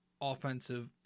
offensive